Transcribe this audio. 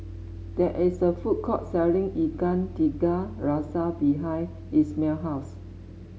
there is a food court selling Ikan Tiga Rasa behind Ismael house